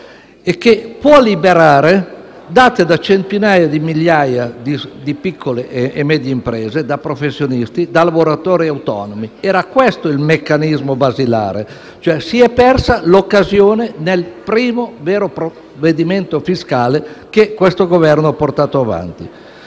e che può liberare, date da centinaia di migliaia di piccole e medie imprese, da professionisti, da lavoratori autonomi. Era questo il meccanismo basilare. Si è persa l'occasione, in sostanza, nel primo vero provvedimento fiscale che questo Governo ha posto in